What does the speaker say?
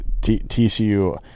TCU